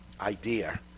idea